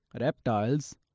reptiles